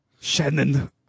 Shannon